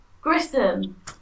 Grissom